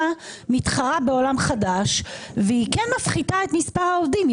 מתחרה בעולם חדש והיא כן מפחיתה את מספר העובדים.